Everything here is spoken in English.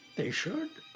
they should.